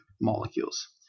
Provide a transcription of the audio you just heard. molecules